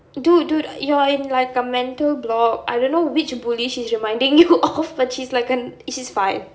dude dude you're in like a mental block I don't know which bully she's reminding you of but she's like a she's fine